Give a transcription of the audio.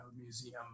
museum